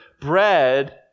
bread